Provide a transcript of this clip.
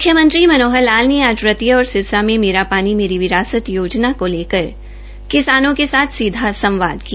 मुख्यमंत्री मनोहर लाल ने आज रतिया और सिरसा में मेरा पानी मेरी विरासत योजना को लेकर किसानों के साथ सीधा संवाद किया